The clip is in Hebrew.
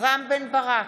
רם בן ברק,